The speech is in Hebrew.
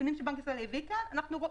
לפי הנתונים שבנק ישראל הביא אנחנו רואים